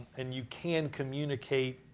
and you can communicate